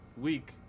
week